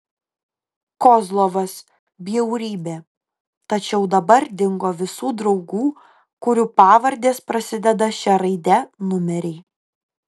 kozlovas bjaurybė tačiau dabar dingo visų draugų kurių pavardės prasideda šia raide numeriai